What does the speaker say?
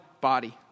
body